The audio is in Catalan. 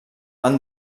van